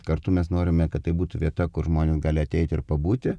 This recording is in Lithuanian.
kartu mes norime kad tai būtų vieta kur žmonės gali ateiti ir pabūti